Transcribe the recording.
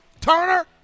Turner